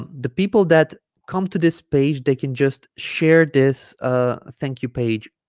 the people that come to this page they can just share this ah thank you page